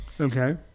Okay